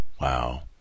Wow